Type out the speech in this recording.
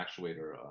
actuator